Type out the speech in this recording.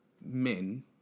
men